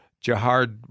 Jihad